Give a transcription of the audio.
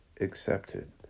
accepted